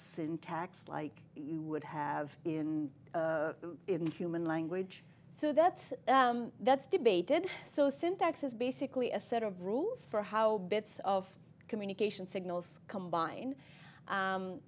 syntax like you would have in human language so that's that's debated so syntax is basically a set of rules for how bits of communication signals combine